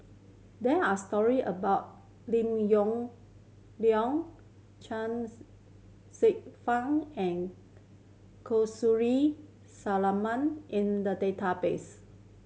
there are story about Lim Yong Liang Chuangs Hsueh Fang and Kamsari Salam in the database